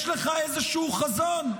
יש לך איזשהו חזון,